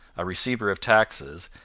a receiver of taxes,